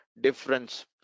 difference